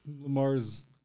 Lamar's